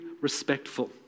respectful